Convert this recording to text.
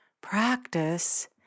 Practice